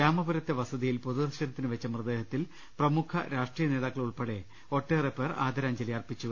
രാമപുരത്തെ വസതിയിൽ പൊതുദർശനത്തിനുവെച്ച മൃതദേഹത്തിൽ പ്രമുഖ രാഷ്ട്രീയനേതാക്കൾ ഉൾപ്പെടെ ഒട്ടേറ്പേർ ആദ രാഞ്ജലി അർപ്പിച്ചു